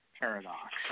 paradox